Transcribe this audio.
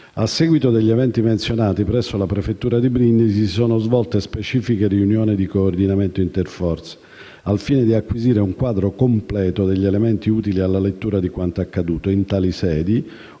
A seguito degli eventi menzionati, presso la prefettura di Brindisi si sono svolte specifiche riunioni di coordinamento interforze, al fine di acquisire un quadro completo degli elementi utili alla lettura di quanto accaduto. In tali sedi,